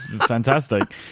fantastic